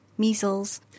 measles